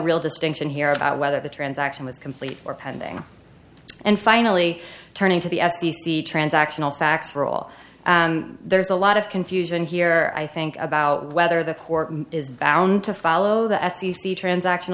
real distinction here about whether the transaction was complete or pending and finally turning to the f c c transactional facts for all there's a lot of confusion here i think about whether the court is bound to follow the f c c transaction